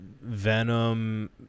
Venom